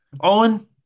Owen